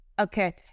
okay